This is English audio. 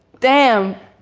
damn.